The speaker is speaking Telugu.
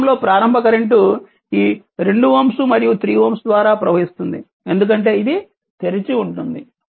ప్రేరకంలో ప్రారంభ కరెంట్ ఈ 2Ω మరియు 3Ωద్వారా ప్రవహిస్తుంది ఎందుకంటే ఇది తెరిచి ఉంటుంది